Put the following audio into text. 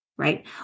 Right